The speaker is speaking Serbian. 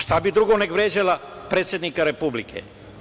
Šta bi drugo nego vređala predsednika Republike.